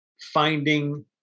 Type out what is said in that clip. finding